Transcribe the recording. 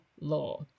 law